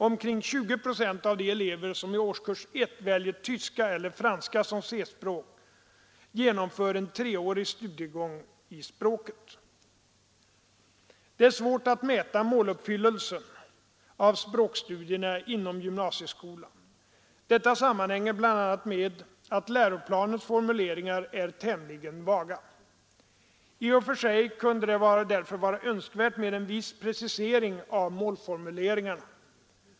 Omkring 20 procent av de elever som i årskurs 1 väljer tyska eller franska som C-språk genomför en treårig studiegång i språket. Det är svårt att mäta måluppfyllelsen av språkstudierna inom gymnasieskolan. Detta sammanhänger bl.a. med att läroplanens formuleringar är tämligen vaga. I och för sig kunde det därför vara önskvärt med en viss precisering av målformuleringarna.